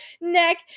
neck